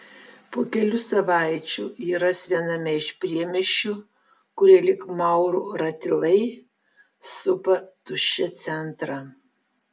po kelių savaičių jį ras viename iš priemiesčių kurie lyg maurų ratilai supa tuščią centrą